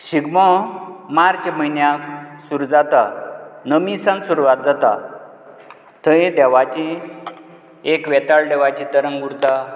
Shigmo March म्हयन्याक सुरू जाता नमी सावन सुरवात जाता थंय देवाचीं एक बेताळ देवाची तरंग उरता